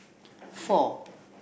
four